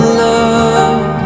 love